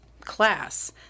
class